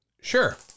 Sure